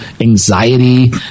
anxiety